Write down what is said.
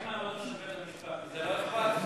מה עם מעמדו של בית-המשפט מזה לא אכפת?